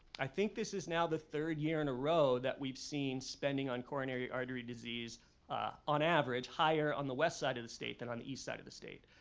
i think this is now the third year in a row that we've seen spending on coronary artery disease on average higher on the west side of the state than on the east side of the state.